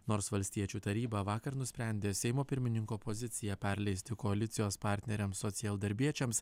nors valstiečių taryba vakar nusprendė seimo pirmininko poziciją perleisti koalicijos partneriams socialdarbiečiams